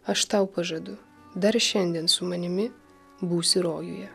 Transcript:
aš tau pažadu dar šiandien su manimi būsi rojuje